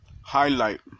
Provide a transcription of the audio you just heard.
highlight